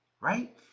right